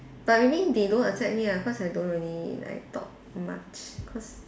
but maybe they don't accept me ah because I don't really like talk much cause